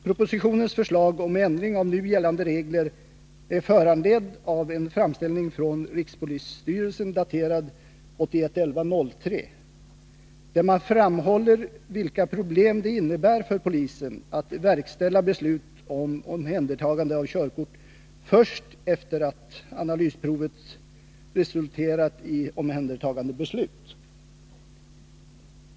Propositionens förslag om ändring av nu gällande regler är föranlett av en framställning från rikspolisstyrelsen daterad den 3 november 1981, där man framhåller vilka problem det innebär för polisen att verkställa beslut om omhändertagande av körkort först efter det att analysprovet resulterat i omhändertagandebeslut.